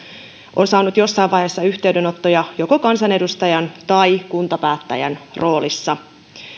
on saanut jossain vaiheessa yhteydenottoja joko kansanedustajan tai kuntapäättäjän roolissa